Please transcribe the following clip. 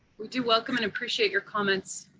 we do welcome and appreciate your comments,